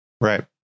right